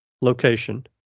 location